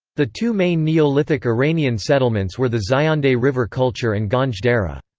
the two main neolithic iranian settlements were the zayandeh river culture and ganj dareh.